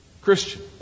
Christian